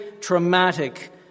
traumatic